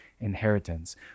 inheritance